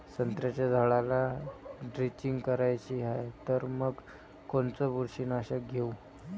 संत्र्याच्या झाडाला द्रेंचींग करायची हाये तर मग कोनच बुरशीनाशक घेऊ?